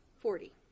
Forty